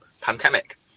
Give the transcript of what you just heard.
pandemic